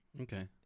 Okay